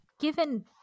Given